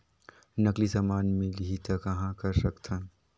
नकली समान मिलही त कहां कर सकथन?